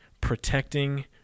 protecting